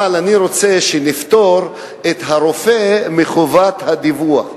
אבל אני רוצה שנפטור את הרופא מחובת הדיווח,